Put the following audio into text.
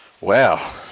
Wow